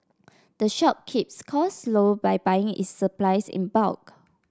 the shop keeps cost low by buying its supplies in bulk